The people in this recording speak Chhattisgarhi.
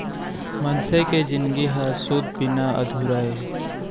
मनसे के जिनगी ह सूत बिना अधूरा हे